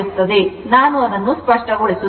ಆದ್ದರಿಂದ ನಾನು ಅದನ್ನು ಸ್ಪಷ್ಟಗೊಳಿಸುತ್ತೇನೆ